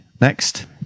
Next